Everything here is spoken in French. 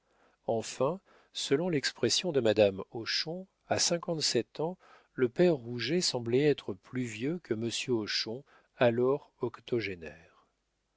enfin selon l'expression de madame hochon à cinquante-sept ans le père rouget semblait être plus vieux que monsieur hochon alors octogénaire